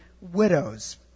widows